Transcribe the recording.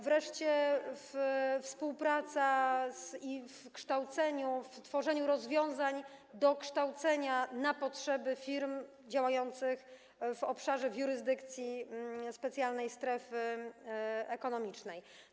Wreszcie współpraca w kształceniu, w tworzeniu rozwiązań do kształcenia na potrzeby firm działających w obszarze, w jurysdykcji specjalnej strefy ekonomicznej.